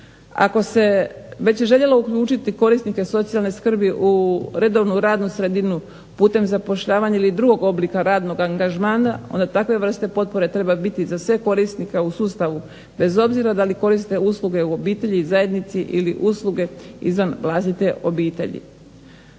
ako se već i željelo uključiti korisnike socijalne skrbi u redovnu radnu sredinu putem zapošljavanja ili drugog oblika radnog angažmana onda takve vrste potpore treba biti za sve korisnike u sustavu bez obzira da li koriste usluge u obitelji, zajednici ili usluge izvan vlastite obitelji.